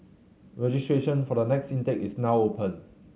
registration for the next intake is now open